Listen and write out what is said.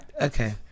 Okay